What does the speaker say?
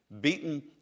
beaten